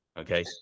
okay